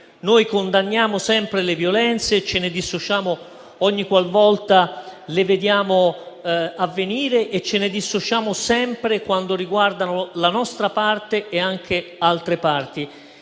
noi condanniamo sempre le violenze e ce ne dissociamo ogni qualvolta le vediamo avvenire e sempre quando riguardano la nostra parte e anche altre parti.